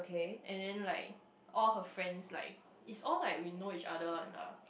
and then like all her friends like it's all like we know each other one lah